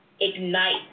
ignite